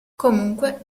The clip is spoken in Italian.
comunque